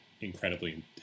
incredibly